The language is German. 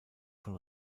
von